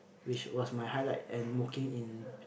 which was my highlight and working in